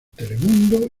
telemundo